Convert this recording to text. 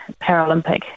Paralympic